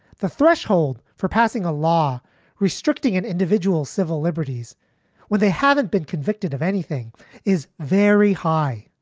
the threshold for passing a law restricting an individual's civil liberties when they haven't been convicted of anything is very high.